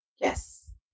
Yes